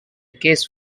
case